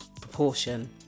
proportion